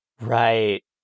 Right